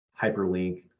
hyperlink